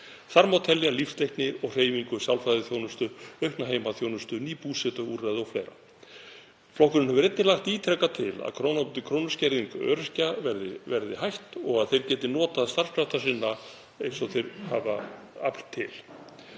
Þar má telja lífsleikni og hreyfingu, sálfræðiþjónustu, aukna heimaþjónustu, ný búsetuúrræði og fleira. Flokkurinn hefur einnig lagt ítrekað til að krónu á móti krónu skerðingu öryrkja verði hætt og að þeir geti notið starfskrafta sinna eins og þeir hafa afl til.